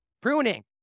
pruning